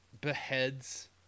beheads